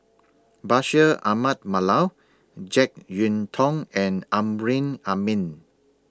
Bashir Ahmad Mallal Jek Yeun Thong and Amrin Amin